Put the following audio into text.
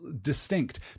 distinct